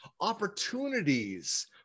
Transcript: opportunities